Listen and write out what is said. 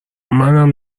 منم